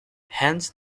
hence